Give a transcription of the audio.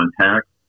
contact